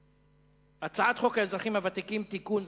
הצעת חוק האזרחים הוותיקים (תיקון,